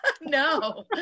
No